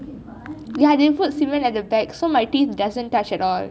ya they put cement at the back so my teeth doesn't touch at all